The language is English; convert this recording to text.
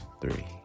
three